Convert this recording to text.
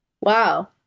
Wow